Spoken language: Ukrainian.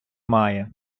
має